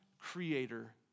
creator